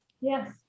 Yes